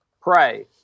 pray